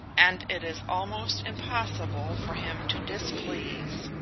and it is almost impossible for him to displease.